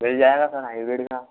मिल जाएगा sir hybrid का